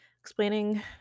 explaining